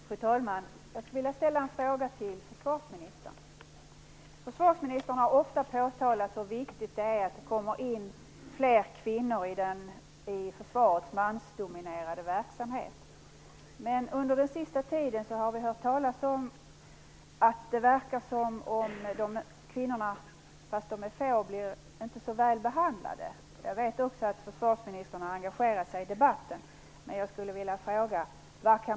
Fru talman! Jag vill ställa en fråga till försvarsministern. Försvarsministern har ofta påpekat hur viktigt det är att det kommer in fler kvinnor i försvarets mansdominerade verksamhet. Under den senaste tiden har vi hört talas om att det verkar som om de här kvinnorna, fastän de är få, inte blir så väl behandlade. Jag vet också att försvarsministern har engagerat sig i debatten.